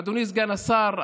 אדוני סגן השר,